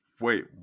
Wait